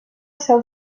seu